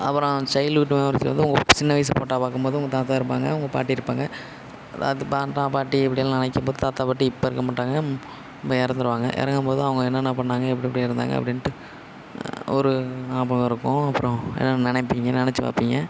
அப்புறம் childhood memories வந்து உங்களுக்கு சின்ன வயசு ஃபோட்டோ பார்க்கும்போது உங்கள் தாத்தா இருப்பாங்க உங்கள் பாட்டி இருப்பாங்க எல்லாத்து தாத்தா பாட்டி இப்படிலாம் நினைக்கும்போது தாத்தா பாட்டி இப்போ இருக்க மாட்டாங்க இறந்துருவாங்க இறக்கும்போது அவங்க என்னென்ன பண்ணிணாங்க எப்படி எப்படி இருந்தாங்க அப்படின்டு ஒரு ஞாபகம் இருக்கும் அப்புறம் என்னனு நினைப்பீங்க நினைச்சு பார்ப்பீங்க